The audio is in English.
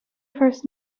first